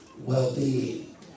well-being